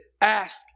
Ask